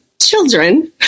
children